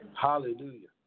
Hallelujah